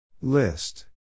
List